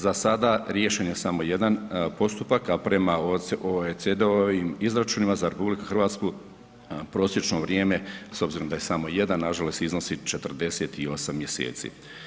Za sada, riješen je samo jedan postupak, a prema ovih CDO-vim izračunima za RH prosječno vrijeme, s obzirom da je samo jedan nažalost, iznosi 48 mjeseci.